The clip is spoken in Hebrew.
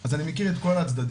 אז אני מכיר את כל הצדדים.